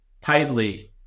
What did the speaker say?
tightly